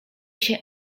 się